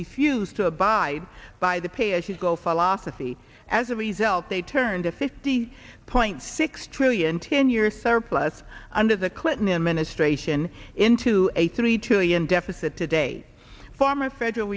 we fused to abide by the pay as you go philosophy as a result they turned a fifty point six trillion ten year surplus under the clinton administration into a three trillion deficit today former federal